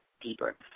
deeper